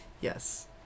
Yes